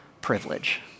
privilege